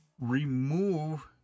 remove